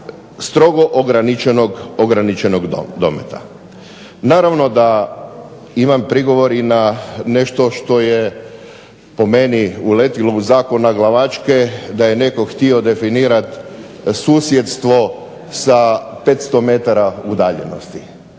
strogo ograničenog dometa. Naravno da imam prigovor i na nešto što je po meni uletilo u zakon naglavačke, da je netko htio definirati susjedstvo sa 500 metara udaljenosti.